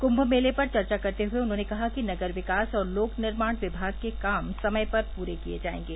क्म्भ मेले पर चर्चा करते हुए उन्होंने कहा कि नगर विकास और लोक निर्माण विभाग के काम समय पर पूरे किये जायेंगे